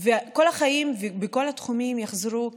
וכל החיים וכל התחומים יחזרו כרגיל.